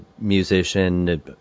musician